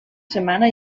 setmana